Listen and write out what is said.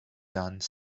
done